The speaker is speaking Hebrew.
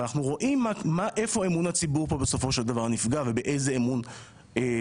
אנחנו רואים איפה בסופו של דבר נפגע כאן אמון הציבור ובאיזה אמון שהוא